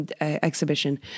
exhibition